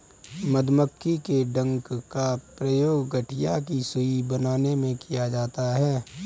मधुमक्खी के डंक का प्रयोग गठिया की सुई बनाने में किया जाता है